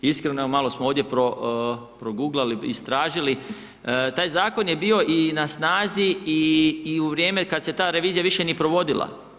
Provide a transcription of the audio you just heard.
Iskreno, malo smo ovdje proguglali, istražili, taj zakon je bio i na snazi i u vrijeme kad se ta revizija više nije provodila.